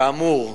כאמור,